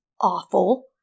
awful